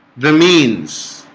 the means